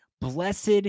Blessed